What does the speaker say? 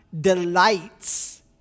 delights